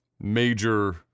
major